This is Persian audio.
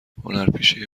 هنرپیشه